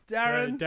Darren